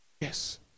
Yes